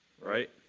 right